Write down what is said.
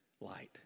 light